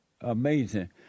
Amazing